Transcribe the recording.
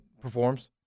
performs